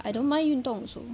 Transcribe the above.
I don't mind 运动 also